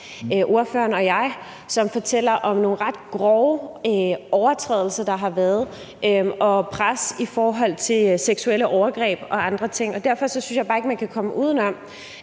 ordføreren og mig, som fortæller om nogle ret grove overtrædelser, der har været, og pres i forhold til seksuelle overgreb og andre ting. Og derfor synes jeg bare ikke, at man kan komme uden om,